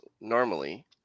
Normally